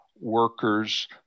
workers